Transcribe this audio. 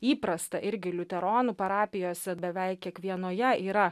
įprasta irgi liuteronų parapijose beveik kiekvienoje yra